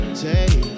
take